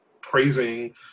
praising